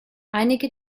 einige